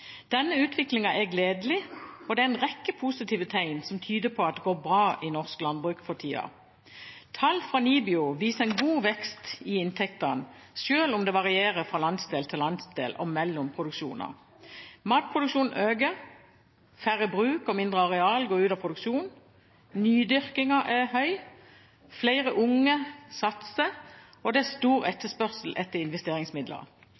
Denne utviklingen er gledelig, og det er en rekke positive tegn som tyder på at det går bra i norsk landbruk for tida. Tall fra NIBIO viser en god vekst i inntektene, selv om det varierer fra landsdel til landsdel og mellom produksjoner. Matproduksjonen øker, færre bruk og mindre areal går ut av produksjon, nydyrkingen er høy, flere unge satser, og det er stor etterspørsel etter investeringsmidler.